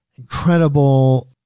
Incredible